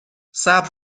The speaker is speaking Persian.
صبر